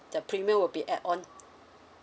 the premium will be add on